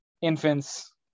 infants